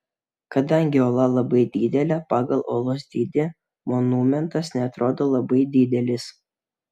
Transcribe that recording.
kadangi uola labai didelė pagal uolos dydį monumentas neatrodo labai didelis